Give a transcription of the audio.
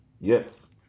Yes